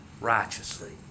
righteously